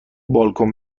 بالکن